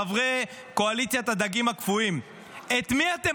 חברי קואליציית הדגים הקפואים: את מי אתם